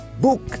book